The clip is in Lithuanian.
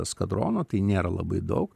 eskadrono tai nėra labai daug